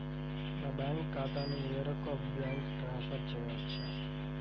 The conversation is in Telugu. నా బ్యాంక్ ఖాతాని వేరొక బ్యాంక్కి ట్రాన్స్ఫర్ చేయొచ్చా?